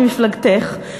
ממפלגתך,